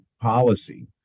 policy